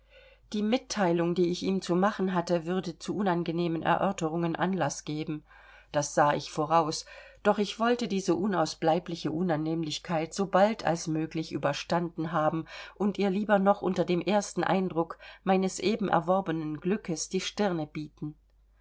die mitteilung die ich ihm zu machen hatte würde zu unangenehmen erörterungen anlaß geben das sah ich voraus doch ich wollte diese unausbleibliche unannehmlichkeit sobald als möglich überstanden haben und ihr lieber noch unter dem ersten eindruck meines eben erworbenen glückes die stirne bieten